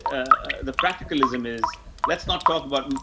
ah, the practical ism is let's not talk about, ah,